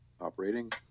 operating